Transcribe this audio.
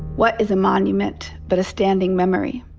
what is a monument but a standing memory,